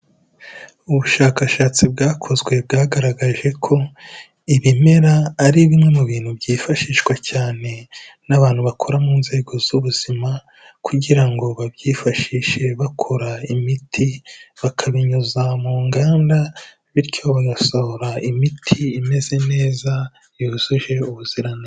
Ubushakashatsi bwakozwe bwagaragaje ko ibimera ari bimwe mu bintu byifashishwa cyane n'abantu bakora mu nzego z'ubuzima kugira ngo babyifashishe bakora imiti bakabinyuza mu nganda bityo bagasohora imiti imeze neza yujuje ubuziran....